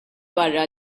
barra